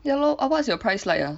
ya lor oh what's your price like ah